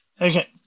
Okay